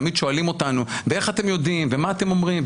תמיד שאולים אותנו איך אתם יודעים ומה אתם אומרים.